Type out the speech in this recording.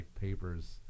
papers